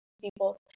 people